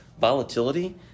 volatility